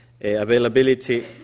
availability